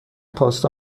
پاستا